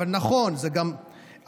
זה יכול להיות גם קופות